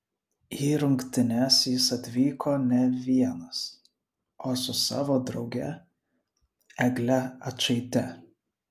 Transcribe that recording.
į rungtynes jis atvyko ne vienas o su savo drauge egle ačaite